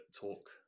talk